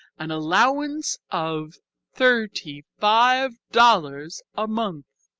an allowance of thirty-five dollars a month.